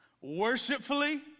worshipfully